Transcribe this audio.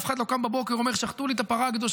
אף אחד לא קם בבוקר ואומר: שחטו לי את הפרה הקדושה,